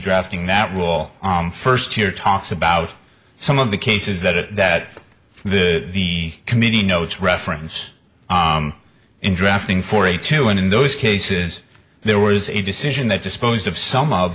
drafting that rule on first here talks about some of the cases that the committee notes reference in drafting forty two and in those cases there was a decision that disposed of some of